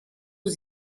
aux